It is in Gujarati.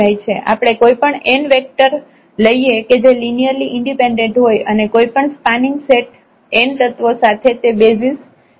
આપણે કોઈપણ n વેક્ટર લઈએ કે જે લિનિયરલી ઈન્ડિપેન્ડેન્ટ હોય અને કોઈપણ સ્પાનિંગ સેટ n તત્વો સાથે તે બેસિઝ બની શકે